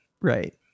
right